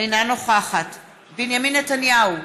אינה נוכחת בנימין נתניהו,